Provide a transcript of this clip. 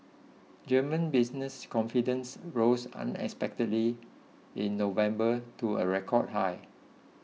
German business confidence rose unexpectedly in November to a record high